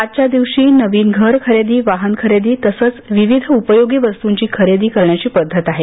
आजच्या दिवशी नवीन घर खरेदी वाहन खरेदी तसच विविध उपयोगो वस्तूंची खरेदी करण्याची पद्धत आहे